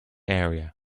area